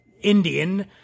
Indian